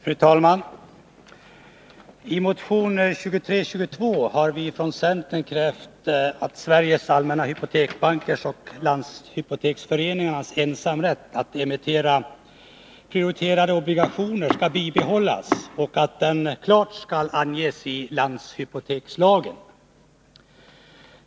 Fru talman! I motion 2322 har vi från centern krävt att Sveriges allmänna hypoteksbankers och landshypoteksföreningars ensamrätt att emittera prioriterade obligationer skall bibehållas och att den klart skall anges i landshypotekslagen.